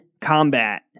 combat